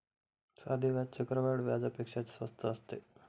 साधे व्याज चक्रवाढ व्याजापेक्षा स्वस्त असते